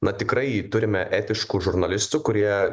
na tikrai turime etiškų žurnalistų kurie